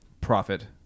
profit